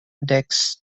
decks